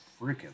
freaking